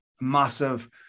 massive